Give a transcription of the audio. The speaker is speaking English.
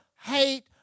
hate